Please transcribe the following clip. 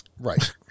Right